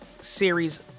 series